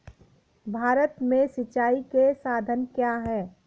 भारत में सिंचाई के साधन क्या है?